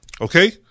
Okay